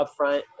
upfront